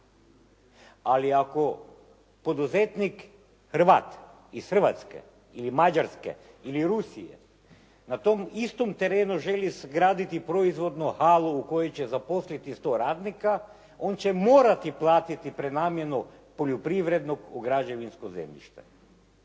Ali ako poduzetnik Hrvat iz Hrvatske ili Mađarske ili Rusije na tom istom terenu želi izgraditi proizvodno halu u kojoj će zaposliti 100 radnika, on će morati platiti prenamjenu poljoprivrednog građevinskog zemljišta.